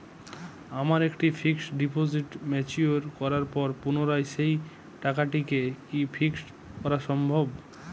আমার একটি fixed deposit mature করার পর পুনরায় সেই টাকাটিকে কি ফিক্সড করা সম্ভব?